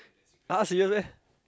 !huh! serious meh